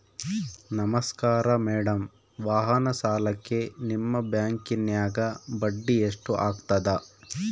ನಮಸ್ಕಾರ ಮೇಡಂ ವಾಹನ ಸಾಲಕ್ಕೆ ನಿಮ್ಮ ಬ್ಯಾಂಕಿನ್ಯಾಗ ಬಡ್ಡಿ ಎಷ್ಟು ಆಗ್ತದ?